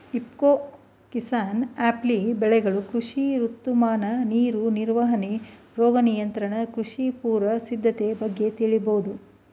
ಇಫ್ಕೊ ಕಿಸಾನ್ಆ್ಯಪ್ಲಿ ಬೆಳೆಗಳು ಕೃಷಿ ಋತುಮಾನ ನೀರು ನಿರ್ವಹಣೆ ರೋಗ ನಿಯಂತ್ರಣ ಕೃಷಿ ಪೂರ್ವ ಸಿದ್ಧತೆ ಬಗ್ಗೆ ತಿಳಿಬೋದು